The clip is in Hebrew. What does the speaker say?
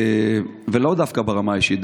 לא דווקא ברמה האישית,